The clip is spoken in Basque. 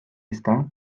ezta